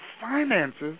finances